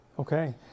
Okay